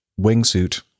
wingsuit